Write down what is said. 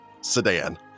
sedan